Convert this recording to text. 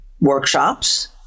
workshops